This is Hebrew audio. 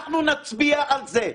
אנחנו נצביע על זה,